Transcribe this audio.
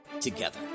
together